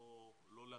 לא להקשות,